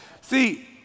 see